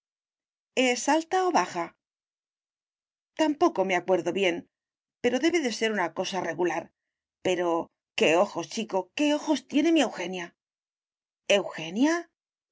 o baja tampoco me acuerdo bien pero debe de ser una cosa regular pero qué ojos chico qué ojos tiene mi eugenia eugenia